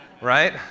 Right